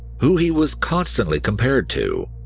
who he was constantly compared to,